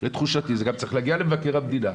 לתחושתי זה גם צריך להגיע למבקר המדינה,